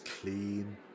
clean